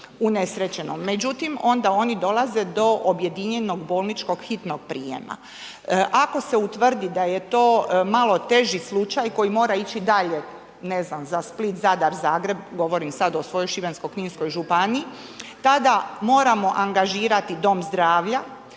Međutim onda oni dolaze do objedinjenog bolničkog hitnog prijema. Ako se utvrdi da je to malo teži slučaj koji mora ići dalje ne znam, za Split, Zadar, Zagreb, govorim sada o svojoj Šibensko-kninskoj županiji, tada moramo angažirati dom zdravlja,